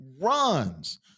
runs